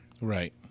Right